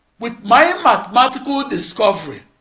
with my mathematical discovery